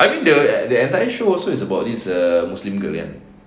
I mean the the entire show also it's about this muslim girl kan